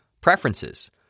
preferences